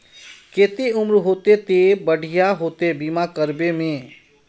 केते उम्र होते ते बढ़िया होते बीमा करबे में?